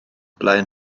blaen